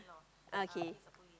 okay